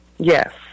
Yes